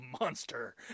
monster